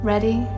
Ready